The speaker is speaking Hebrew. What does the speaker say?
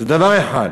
זה דבר אחד,